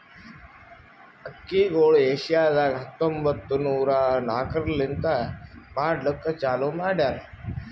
ಅಕ್ಕಿಗೊಳ್ ಏಷ್ಯಾದಾಗ್ ಹತ್ತೊಂಬತ್ತು ನೂರಾ ನಾಕರ್ಲಿಂತ್ ಮಾಡ್ಲುಕ್ ಚಾಲೂ ಮಾಡ್ಯಾರ್